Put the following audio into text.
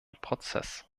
prozess